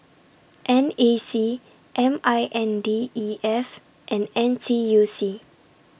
N A C M I N D E F and N T U C